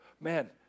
Man